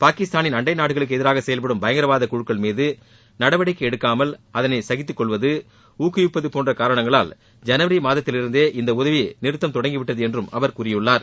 பாகிஸ்தானின் அண்டை நாடுகளுக்கு எதிராக செயல்படும் பயங்கரவாத குழுக்கள் மீது நடவடிக்கை எடுக்காமல் அதனை சகித்துக்கொள்வது ஊக்குவிப்பது போன்ற காரணங்களால் ஜனவரி மாதத்திலிருந்தே இந்த உதவி நிறுத்தம் தொடங்கிவிட்டது என்றும் அவர் கூறியுள்ளார்